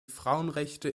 frauenrechte